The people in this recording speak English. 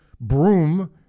Broom